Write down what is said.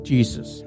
Jesus